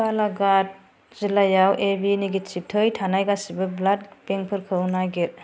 बालाघात जिल्लायाव A B negative थै थानाय गासिबो ब्लाड बेंकफोरखौ नागिर